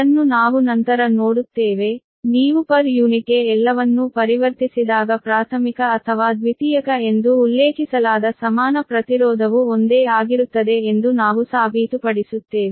ಇದನ್ನು ನಾವು ನಂತರ ನೋಡುತ್ತೇವೆ ನೀವು ಪ್ರತಿ ಯೂನಿಟ್ಗೆ ಎಲ್ಲವನ್ನೂ ಪರಿವರ್ತಿಸಿದಾಗ ಪ್ರಾಥಮಿಕ ಅಥವಾ ದ್ವಿತೀಯಕ ಎಂದು ಉಲ್ಲೇಖಿಸಲಾದ ಸಮಾನ ಪ್ರತಿರೋಧವು ಒಂದೇ ಆಗಿರುತ್ತದೆ ಎಂದು ನಾವು ಸಾಬೀತುಪಡಿಸುತ್ತೇವೆ